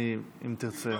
אם תרצה,